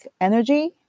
energy